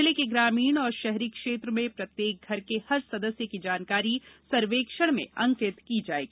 जिले के ग्रामीण और शहरी क्षेत्र में प्रत्येक घर के हर सदस्य की जानकारी सर्वेक्षण में अंकित की जाएगी